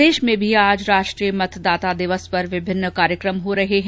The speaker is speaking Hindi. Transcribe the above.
प्रदेश में भी आज राष्ट्रीय मतदाता दिवस पर विभिन्न कार्यक्रम हो रहे है